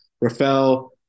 Rafael